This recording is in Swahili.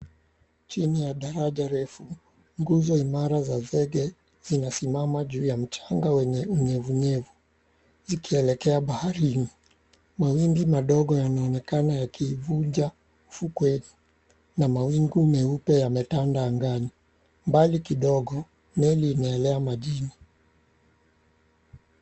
Chini ya daraja refu, nguzo imara za zege zinasimama juu ya mchanga wenye unyevunyevu zikielekea baharini. Mawimbi madogo yanaonekana yakivunja fukweni na mawingu meupe yametanda angani. Mbali kidogo meli inaelea majini.